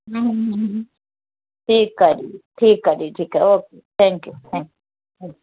ह्म्म ठीकु आहे ठीकु आहे दीदी ओके थैंक यू